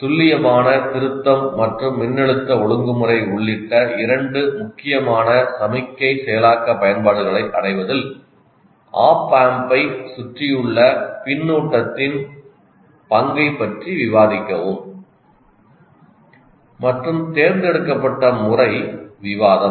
'துல்லியமான திருத்தம் மற்றும் மின்னழுத்த ஒழுங்குமுறை உள்ளிட்ட இரண்டு முக்கியமான சமிக்ஞை செயலாக்க பயன்பாடுகளை அடைவதில் ஆப் அம்ப்பைச் சுற்றியுள்ள பின்னூட்டத்தின் பங்கைப் பற்றி விவாதிக்கவும்' மற்றும் தேர்ந்தெடுக்கப்பட்ட முறை விவாதம்